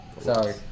Sorry